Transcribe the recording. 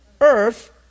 earth